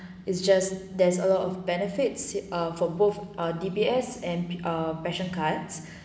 it's just there's a lot of benefits ah for both ah D_B_S and P ah passion cards